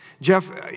Jeff